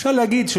אפשר להגיד,